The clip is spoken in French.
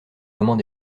moment